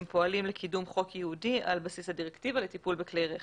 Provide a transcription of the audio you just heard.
הם פועלים לקידום חוק ייעודי על בסיס הדירקטיבה לטיפול בכלי רכב.